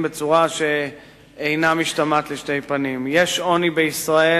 בצורה שאינה משתמעת לשתי פנים: יש עוני בישראל.